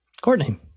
Courtney